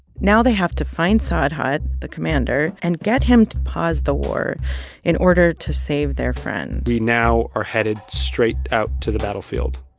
now they have to find sarhad, the commander, and get him to pause the war in order to save their friend we now are headed straight out to the battlefield,